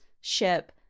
ship